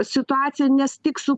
situaciją nes tik su